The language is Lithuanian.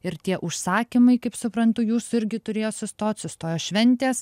ir tie užsakymai kaip suprantu jūsų irgi turėjo sustot sustojo šventės